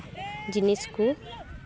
ᱡᱤᱱᱤᱥ ᱠᱚ